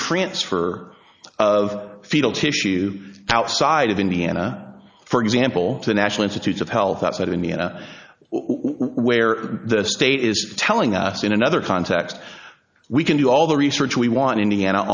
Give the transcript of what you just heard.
transfer of fetal tissue outside of indiana for example the national institutes of health that's not in the area where the state is telling us in another context we can do all the research we want indiana